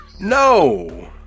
No